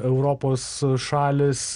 europos šalis